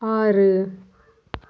ஆறு